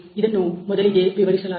ಇದನ್ನು ಮೊದಲಿಗೆ ವಿವರಿಸಲಾಗಿದೆ